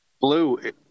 Blue